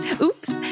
Oops